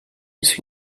isso